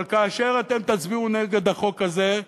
אבל כאשר תצביעו נגד החוק הזה,